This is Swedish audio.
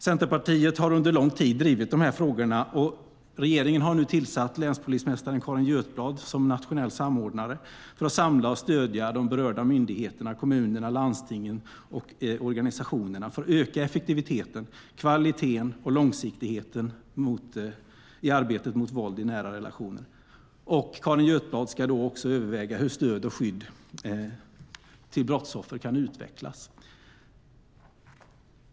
Centerpartiet har under lång tid drivit de här frågorna, och regeringen har nu tillsatt förra länspolismästaren Carin Götblad som nationell samordnare för att samla och stödja berörda myndigheter, kommuner, landsting och organisationer för att öka effektiviteten, kvaliteten och långsiktigheten i arbetet mot våld i nära relationer. Carin Götblad ska också överväga hur stöd och skydd till brottsoffren kan utvecklas.